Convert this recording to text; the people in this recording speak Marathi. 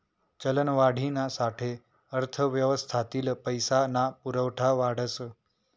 चलनवाढीना साठे अर्थव्यवस्थातील पैसा ना पुरवठा वाढस